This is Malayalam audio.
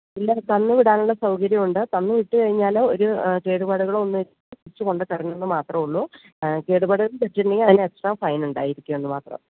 ഇല്ല തന്ന് വിടാനുള്ള സൗകര്യമുണ്ട് തന്ന് വിട്ട് കഴിഞ്ഞാൽ ഒരു കേടുപാടുകളോ ഒന്നും ഇല്ലാതെ തിരിച്ച് കൊണ്ടുവന്ന് തരണമെന്ന് മാത്രം ഉള്ളു കേടുപാടോടെ തിരിച്ച് തരികയാണെങ്കിൽ അതിന് എക്സ്ട്രാ ഫൈൻ ഉണ്ടായിരിക്കും എന്ന് മാത്രം